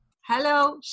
Hello